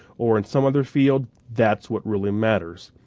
or in some other field, that's what really matters.